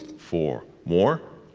four, more,